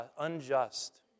unjust